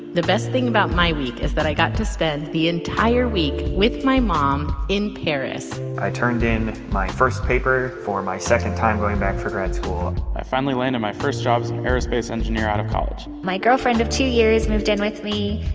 the best thing about my week is that i got to spend the entire week with my mom in paris i turned in my first paper for my second time going back for grad school i finally landed my first job as and an aerospace engineer out of college my girlfriend of two years moved in with me.